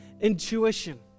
intuition